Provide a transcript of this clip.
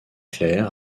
clair